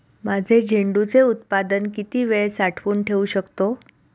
माझे झेंडूचे उत्पादन किती वेळ साठवून ठेवू शकतो?